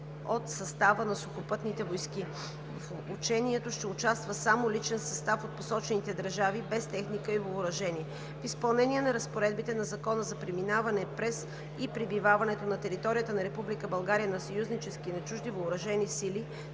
от състава на Сухопътните войски. В учението ще участва само личен състав от посочените държави, без техника и въоръжение. В изпълнение на разпоредбите на Закона за преминаване през и пребиваването на територията на Република България на съюзнически и на чужди въоръжени сили